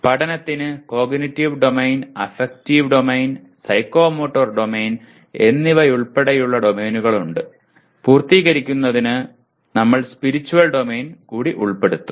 പഠനത്തിന് cognitive domain affective domain psychomotor domain എന്നിവയുൾപ്പെടെയുള്ള ഡൊമെയ്നുകൾ ഉണ്ട് പൂർത്തീകരിക്കുന്നതിന് ഞങ്ങൾ സ്പിരിറ്റുവൽ ഡൊമെയ്ൻ ഉൾപ്പെടുത്തും